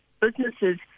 businesses